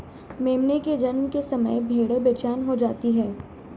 मेमने के जन्म के समय भेड़ें बेचैन हो जाती हैं